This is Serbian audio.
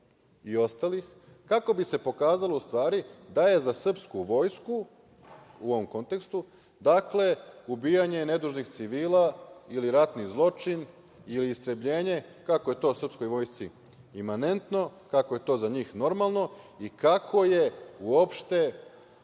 i ostalih, kako bi se pokazalo u stvari da je za srpsku vojsku u ovom kontekstu ubijanje nedužnih civila ili ratni zločin ili istrebljenje, kako je to srpskoj vojsci imanentno, kako je to za njih normalno i kako je uopšte